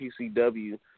PCW